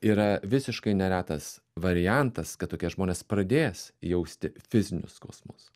yra visiškai neretas variantas kad tokie žmonės pradės jausti fizinius skausmus